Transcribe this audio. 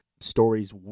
Stories